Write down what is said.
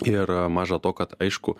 ir maža to kad aišku